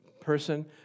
person